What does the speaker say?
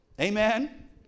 Amen